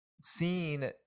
seen